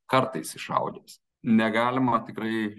kartais iššaudys negalima tikrai